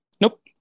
Nope